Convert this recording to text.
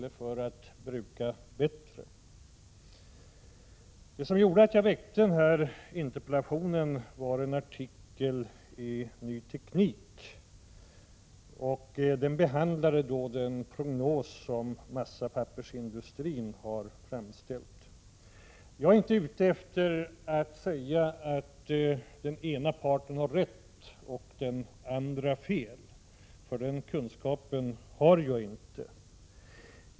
Det var en artikel i Ny Teknik som gjorde att jag väckte denna interpellation. Artikeln behandlade den prognos som massapappersindustrin hade framställt. Jag är inte ute efter att påstå att den ena parten har rätt och den andra fel — den kunskapen har jag inte.